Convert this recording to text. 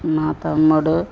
మా తమ్ముడు